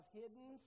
hidden